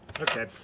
Okay